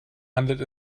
handelt